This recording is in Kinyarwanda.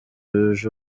yuje